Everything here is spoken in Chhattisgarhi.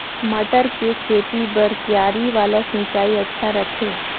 मटर के खेती बर क्यारी वाला सिंचाई अच्छा रथे?